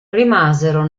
rimasero